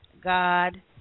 God